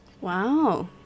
Wow